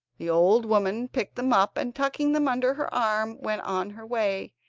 the old woman picked them up, and tucking them under her arm went on her way,